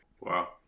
Wow